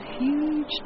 huge